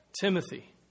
Timothy